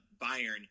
Bayern